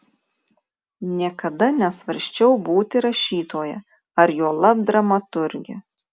niekada nesvarsčiau būti rašytoja ar juolab dramaturge